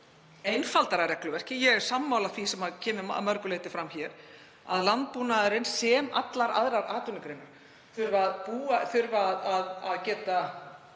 einfaldara regluverki. Ég er sammála því sem kemur að mörgu leyti fram hér, að landbúnaðurinn, sem og allar aðrar atvinnugreinar, þurfi að geta